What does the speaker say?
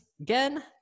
Again